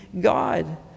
God